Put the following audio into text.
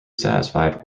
satisfied